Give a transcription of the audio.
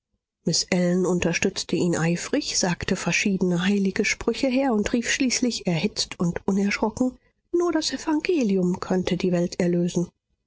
ellen unterstützte ihn eifrig sagte verschiedene heilige sprüche her und rief schließlich erhitzt und unerschrocken nur das evangelium könnte die welt erlösen